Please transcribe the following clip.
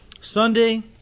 Sunday